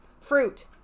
Fruit